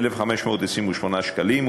1,528 שקלים,